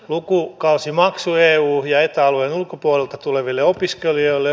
lukukausimaksu eu ja eta alueen ulkopuolelta tuleville opiskelijoille